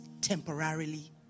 temporarily